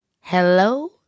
hello